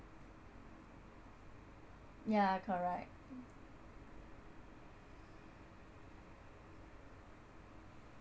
yeah correct